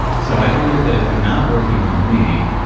so, i believe that if i'm not working on me,